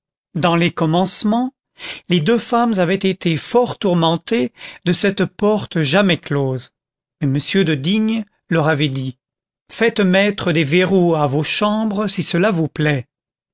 dans les commencements les deux femmes avaient été fort tourmentées de cette porte jamais close mais m de digne leur avait dit faites mettre des verrous à vos chambres si cela vous plaît